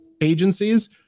agencies